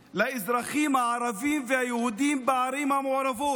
לאזרחים הערבים והיהודים בערים המעורבות